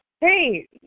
Hey